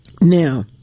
Now